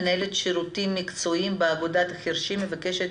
מנהלת שירותים מקצועיים באגודת החירשים מבקשת